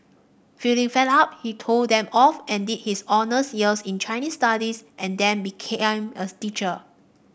feeling fed up he told them off and did his honours year in Chinese Studies and then became a teacher